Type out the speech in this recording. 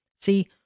See